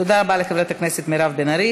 תודה רבה לחברת הכנסת מירב בן ארי.